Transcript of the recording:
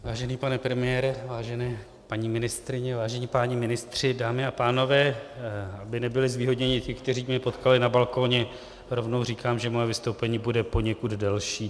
Vážený pane premiére, vážené paní ministryně, vážení páni ministři, dámy a pánové, aby nebyli zvýhodněni ti, kteří mě potkali na balkoně, rovnou říkám, že moje vystoupení bude poněkud delší.